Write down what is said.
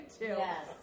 Yes